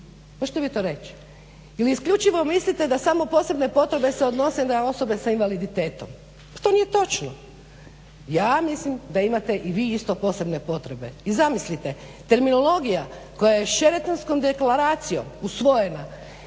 ili isključivo mislite da samo posebne potrebe se odnose na osobe sa invaliditetom? Nije točno. Ja mislim da imate i vi isto posebne potrebe. I zamislite terminologija koja je Šeratonskom deklaracijom usvojena